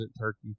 turkey